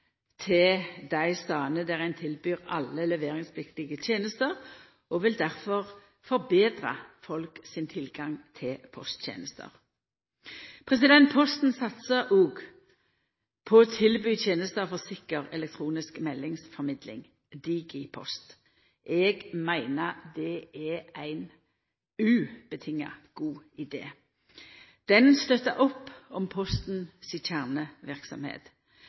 til dei stadene der ein tilbyr alle leveringspliktige tenester, og vil difor betre folk sin tilgang til posttenester. Posten satsar òg på å tilby tenester for sikker elektronisk meldingsformidling, Digipost. Eg meiner det så absolutt er ein god idé som støttar opp under Posten si